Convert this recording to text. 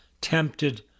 tempted